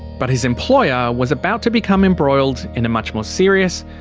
but his employer was about to become embroiled in a much more serious,